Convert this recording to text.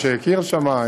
או שהכיר שם,